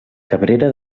cabrera